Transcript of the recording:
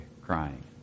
crying